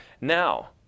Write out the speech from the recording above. now